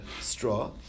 straw